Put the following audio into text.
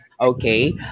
okay